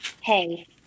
hey